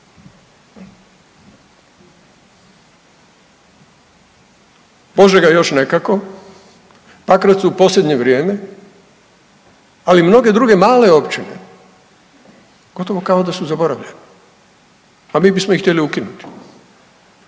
Požega još nekako, Pakrac u posljednje vrijeme, ali mnoge druge male općine gotovo kao da su zaboravljene, a mi bismo ih htjeli ukinuti.